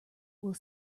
will